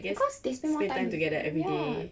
because they spend more time together ya